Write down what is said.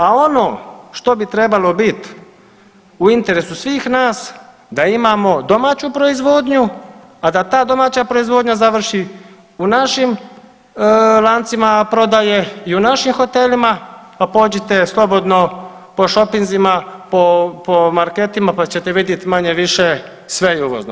A ono što bi trebalo bit u interesu svih nas da imamo domaću proizvodnju, a da ta domaća proizvodnja završi u našim lancima prodaje i u našim hotelima, a pođite slobodno po šopinzima, po marketima pa ćete vidjeti manje-više sve je uvozno.